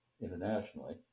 Internationally